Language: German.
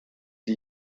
die